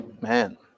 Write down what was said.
man